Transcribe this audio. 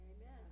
Amen